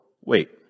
wait